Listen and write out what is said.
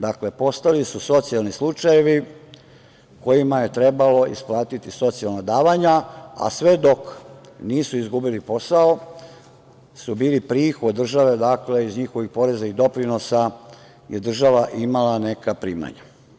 Dakle, postali su socijalni slučajevi kojima je trebalo isplatiti socijalna davanja, a sve dok nisu izgubili posao su bili prihod države, dakle iz njihovih poreza i doprinosa je država imala neka primanja.